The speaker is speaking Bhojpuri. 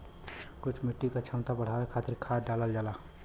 कुछ मिट्टी क क्षमता बढ़ावे खातिर खाद डालल जाला